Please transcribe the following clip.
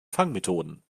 fangmethoden